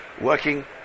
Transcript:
working